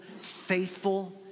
faithful